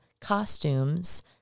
costumes